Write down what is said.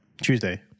Tuesday